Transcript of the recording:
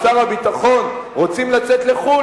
או שר הביטחון רוצים לצאת לחו"ל,